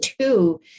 two